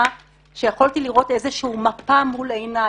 שיכולתי לראות איזושהי מפה מול עיניי,